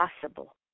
possible